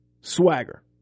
swagger